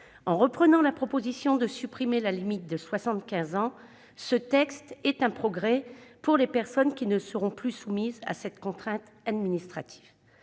En reprenant la proposition de supprimer la limite de 75 ans, ce texte constitue un progrès pour les personnes qui ne seront plus soumises à cette contrainte administrative.